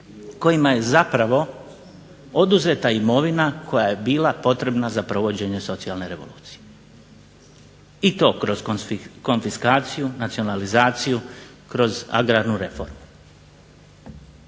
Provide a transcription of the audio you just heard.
kojima je zapravo oduzeta imovina koja je bila potrebna za provođenje socijalne revolucije i to kroz konfiskaciju, nacionalizaciju, kroz agrarnu reformu.